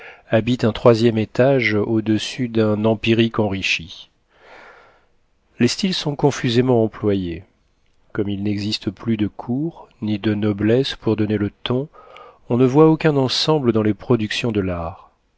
habite un troisième étage au-dessus d'un empirique enrichi les styles sont confusément employés comme il n'existe plus de cour ni de noblesse pour donner le ton on ne voit aucun ensemble dans les productions de l'art